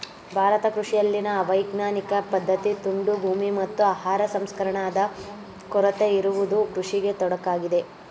ಭಾರತ ಕೃಷಿಯಲ್ಲಿನ ಅವೈಜ್ಞಾನಿಕ ಪದ್ಧತಿ, ತುಂಡು ಭೂಮಿ, ಮತ್ತು ಆಹಾರ ಸಂಸ್ಕರಣಾದ ಕೊರತೆ ಇರುವುದು ಕೃಷಿಗೆ ತೊಡಕಾಗಿದೆ